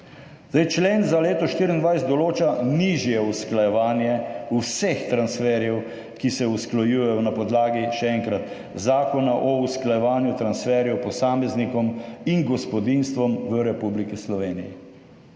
Člen za leto 2024 določa nižje usklajevanje vseh transferjev, ki se usklajujejo na podlagi, še enkrat, Zakona o usklajevanju transferjev posameznikom in gospodinjstvom v Republiki Sloveniji.